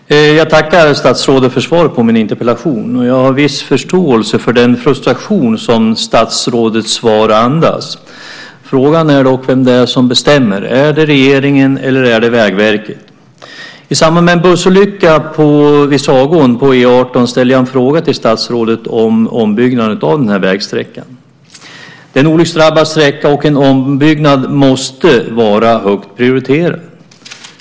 Herr talman! Jag tackar statsrådet för svaret på min interpellation. Jag har viss förståelse för den frustration som statsrådets svar andas. Frågan är dock vem det är som bestämmer. Är det regeringen, eller är det Vägverket? I samband med en bussolycka vid Sagån på E 18 ställde jag en fråga till statsrådet om ombyggnaden av den vägsträckan. Det är en olycksdrabbad sträcka, och en ombyggnad måste vara högt prioriterad.